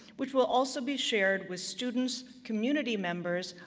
which will also be shared with students, community members,